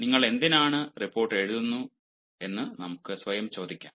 നിങ്ങൾ എന്തിനാണ് ഈ റിപ്പോർട്ട് എഴുതുന്നതെന്ന് നമുക്ക് സ്വയം ചോദിക്കാം